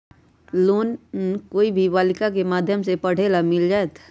Loan कोई भी बालिका के माध्यम से पढे ला मिल जायत?